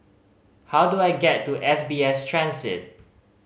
how do I get to S B S Transit